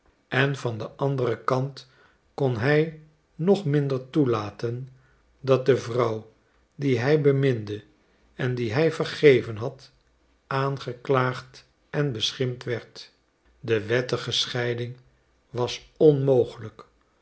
en van den anderen kant kon hij nog minder toelaten dat de vrouw die hij beminde en die hij vergeven had aangeklaagd en beschimpt werd de wettige scheiding was onmogelijk